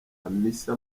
hamisa